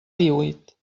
díhuit